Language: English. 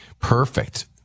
perfect